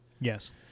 Yes